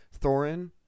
Thorin